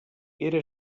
era